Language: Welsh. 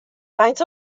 faint